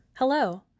Hello